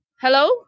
Hello